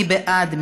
מי בעד?